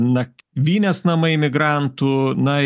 nakvynės namai migrantų na